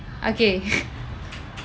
okay